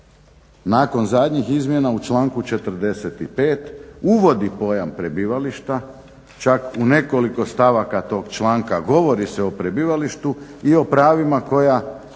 nakon zadnjih izmjena u članku 45. uvodi pojam prebivališta čak u nekoliko stavaka tog članka govori se o prebivalištu i o pravima koja